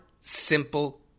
simple